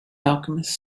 alchemist